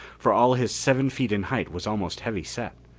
for all his seven feet in height was almost heavy set.